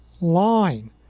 line